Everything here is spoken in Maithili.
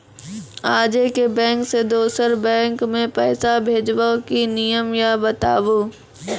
आजे के बैंक से दोसर बैंक मे पैसा भेज ब की नियम या बताबू?